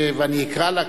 ואני אקרא לה,